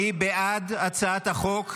מי בעד הצעת החוק?